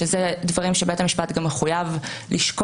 שאלה דברים שבית המשפט גם מחויב לשקול